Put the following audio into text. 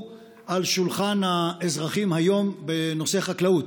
על שולחן האזרחים היום בנושא חקלאות.